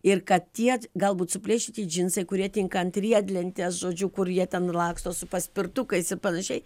ir kad tie galbūt suplėšyti džinsai kurie tinka ant riedlentės žodžiu kur jie ten laksto su paspirtukais ir panašiai